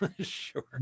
Sure